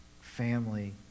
family